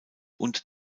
und